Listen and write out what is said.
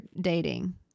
dating